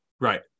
Right